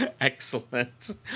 excellent